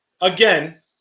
again